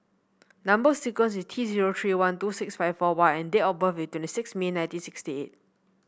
number sequence is T zero three one two six five four Y and date of birth is twenty six May nineteen sixty eight